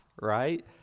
right